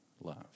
love